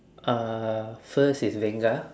uh first is vanga